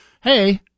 hey